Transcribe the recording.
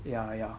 ya ya